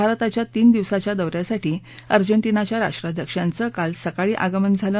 भारताच्या तीन दिवसाच्या दौऱ्यासाठी अजेंटीनाच्या राष्ट्राध्यक्षांचं काल सकाळी आगमन झालं